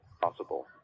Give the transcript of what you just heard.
possible